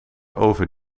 over